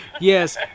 Yes